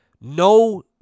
No